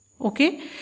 okay